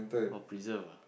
or preserve ah